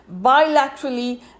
bilaterally